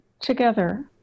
together